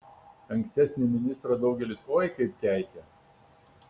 ankstesnį ministrą daugelis oi kaip keikė